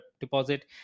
deposit